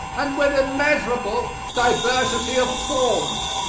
and with immeasurable diversity of forms.